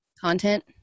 Content